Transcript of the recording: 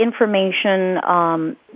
information